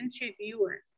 interviewer